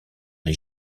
les